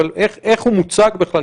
אבל איך הוא מוצג בכלל.